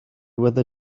whether